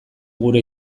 gure